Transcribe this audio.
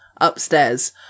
upstairs